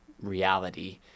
reality